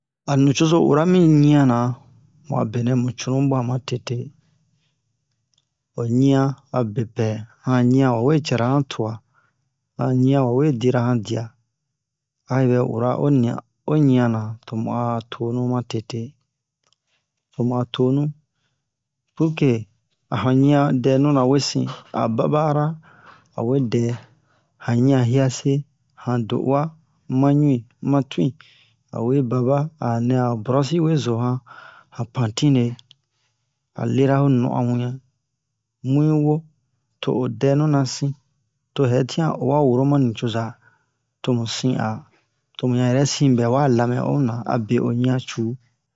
a nucozo ura mi ɲiana mu a benɛ mu cunu buwa ma tete o ɲian a bepɛ a han ɲian o we cɛra han tuwa a han ɲian wa we dira han dia ayi bɛ ura o nia o ɲiana to mu a tonu ma tete to mu a tonu purke a han ɲian dɛnu na wesin a baba ara a we dɛ han ɲian hiase han do'uwa ma ɲui ma tuin a we baba a nɛ a ho brosi we zo han han pantine a lera ho non'on wure mu hi wo to ho dɛnu na sin to hɛtian o wa woro ma nucoza to mu sin a to mu han yɛrɛ sin bɛ wa lamɛ o na abe o ɲian cu